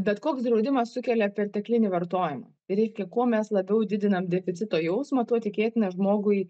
bet koks draudimas sukelia perteklinį vartojimą reikia kuo mes labiau didinam deficito jausmą tuo tikėtina žmogui